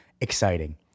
exciting